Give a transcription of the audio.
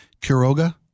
Kiroga